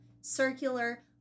Circular